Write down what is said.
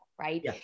Right